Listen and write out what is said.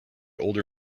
older